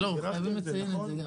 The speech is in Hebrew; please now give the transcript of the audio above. חייבים לציין גם את זה.